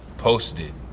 posted.